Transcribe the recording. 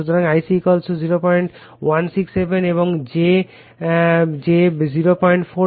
সুতরাং Ic 0167 এবং j 0471